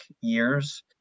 years